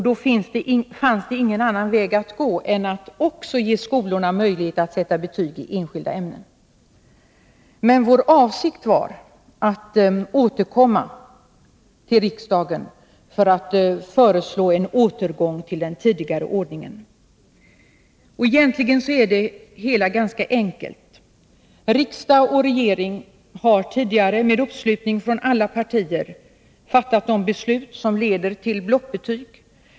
Då fanns det ingen annan väg att gå än att ge skolorna möjlighet att också sätta betyg i enskilda ämnen. Men vår avsikt var att återkomma till riksdagen och föreslå en återgång till den tidigare ordningen. Egentligen är det hela ganska enkelt. Riksdag och regering har tidigare med uppslutning från alla partier fattat de beslut som leder till blockbetyg.